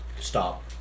Stop